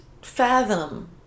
fathom